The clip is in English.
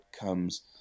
comes